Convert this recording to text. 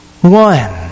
one